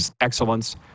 excellence